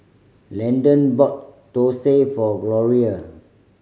Landan bought thosai for Gloria